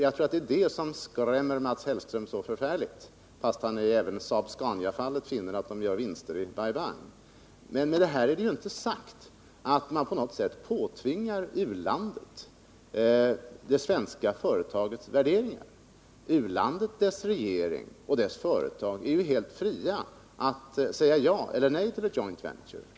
Jag tror att det är detta som skrämmer Mats Hellström så förfärligt, fast han även i Saab-Scania-fallet finner att företaget gör vinster i Bai Bang. Men med detta är ju inte sagt att man på något sätt påtvingar u-landet det svenska företagets värderingar. U-landet, dess regering och dess företag är helt fria att säga ja eller nej till ett joint venture.